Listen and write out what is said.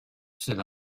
sit